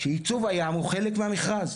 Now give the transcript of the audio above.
שייצוב הים הוא חלק מהמכרז,